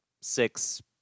six